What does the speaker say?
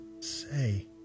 say